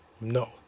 No